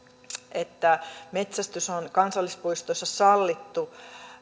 että metsästys on kansallispuistoissa sallittu